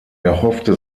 erhoffte